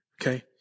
okay